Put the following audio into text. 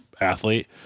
athlete